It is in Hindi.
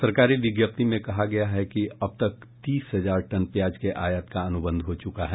सरकारी विज्ञप्ति में कहा गया है कि अब तक लगभग तीस हजार टन प्याज के आयात का अनुबंध हो चुका है